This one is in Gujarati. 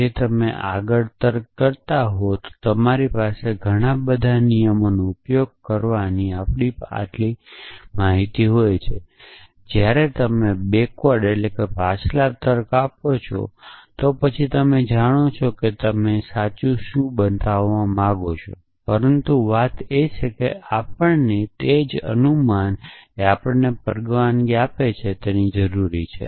જ્યારે તમે આગળ તર્ક કરતા હો ત્યારે તમારી પાસે ઘણા બધા નિયમોનો ઉપયોગ કરવાની આપણી પાસે આટલી બધી માહિતી હોય છે જ્યારે તમે પાછલા તર્ક આપો છો તો તમે જાણો છો કે તમે સાચું શું બતાવવા માંગો છો પરંતુ વાત એ છે કે આપણને એ અનુમાન જે આપણને પરવાનગી આપે છે તેની જરૂર છે